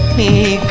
me?